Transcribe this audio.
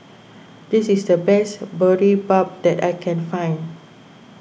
this is the best Boribap that I can find